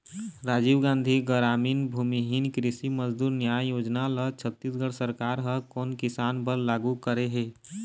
राजीव गांधी गरामीन भूमिहीन कृषि मजदूर न्याय योजना ल छत्तीसगढ़ सरकार ह कोन किसान बर लागू करे हे?